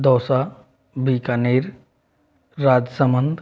Dausa Bikaner Rajsamand